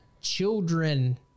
children